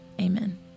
amen